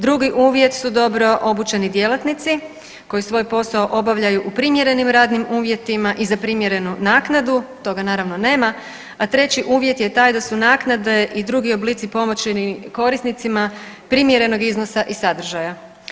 Drugi uvjet su dobro obučeni djelatnici koji svoj posao obavljaju u primjerenim radnim uvjetima i za primjerenu naknadu, toga naravno nema, a treći uvjet je taj da su naknade i drugi oblici pomoći korisnicima primjerenog iznosa i sadržaja.